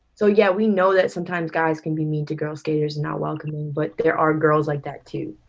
so yeah we know that sometimes guys can be mean to girls skaters and not welcoming, but there are and girls like that too.